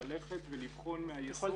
ללכת ולבחון מהיסוד.